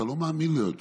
אתה לא מאמין לו יותר,